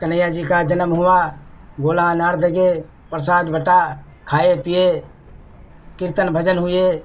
कन्हैया जी का जन्म हुआ गोला अनार दगे प्रसाद बँटा खाए पिए कीर्तन भजन हुए